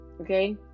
okay